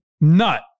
nut